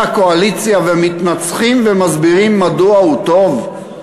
הקואליציה ומתנצחים ומסבירים מדוע הוא טוב?